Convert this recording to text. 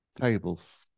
tables